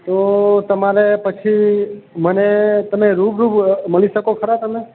તો તમારે પછી મને તમે રૂબરૂ મળી શકો ખરા તમે